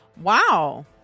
Wow